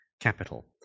Capital